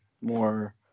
more